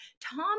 Tom